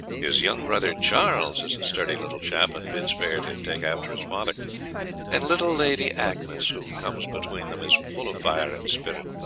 his young brother charles is a sturdy little chap, and bids fair to take after his father and little lady agnes, who comes between them, is full of fire and spirit.